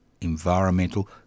environmental